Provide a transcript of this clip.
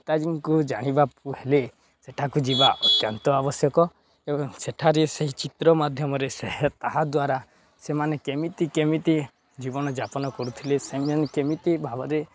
ନେତାଜୀଙ୍କୁ ଜାଣିବାକୁ ହେଲେ ସେଠାକୁ ଯିବା ଅତ୍ୟନ୍ତ ଆବଶ୍ୟକ ଏବଂ ସେଠାରେ ସେହି ଚିତ୍ର ମାଧ୍ୟମରେ ସେ ତାହା ଦ୍ୱାରା ସେମାନେ କେମିତି କେମିତି ଜୀବନଯାପନ କରୁଥିଲେ ସେମାନେ କେମିତି ଭାବରେ